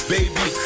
Baby